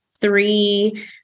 three